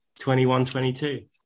21-22